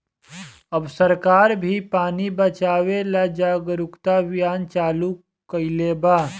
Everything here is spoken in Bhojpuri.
अब सरकार भी पानी बचावे ला जागरूकता अभियान चालू कईले बा